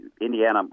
Indiana